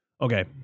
Okay